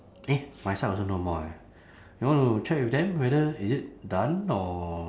eh my side also no more ah you want to check with them whether is it done or